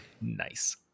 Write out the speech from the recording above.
nice